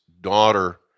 daughter